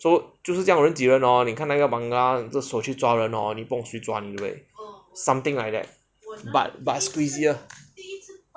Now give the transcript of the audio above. so 就是这样人挤人 lor 你看那个的手去抓人 oh 去抓人 something like that but but squeezier